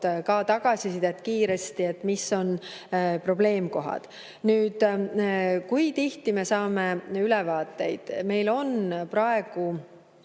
ka tagasisidet, mis on probleemkohad. Nüüd, kui tihti me saame ülevaateid? Meil on praegu